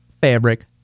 fabric